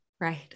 Right